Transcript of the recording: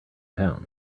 town